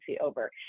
over